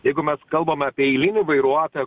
jeigu mes kalbam apie eilinį vairuotoją